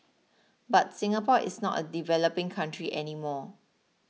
but Singapore is not a developing country any more